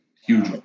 Huge